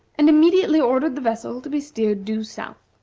and immediately ordered the vessel to be steered due south.